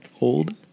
old